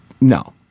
No